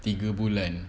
tiga bulan